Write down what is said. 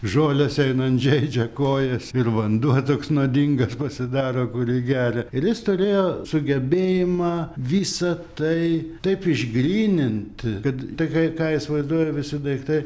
žolės einant žeidžia kojas ir vanduo toks nuodingas pasidaro kurį geria ir jis turėjo sugebėjimą visa tai taip išgrynint kad tai ką ką jis vaizduoja visi daiktai